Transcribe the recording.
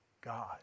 God